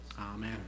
Amen